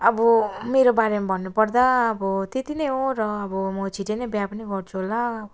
अब मेरो बारेमा भन्नुपर्दा अब त्यति नै हो र अब म छिट्टै नै बिहा पनि गर्छु होला